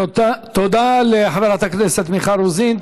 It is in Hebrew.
תודה לחברת הכנסת מיכל רוזין.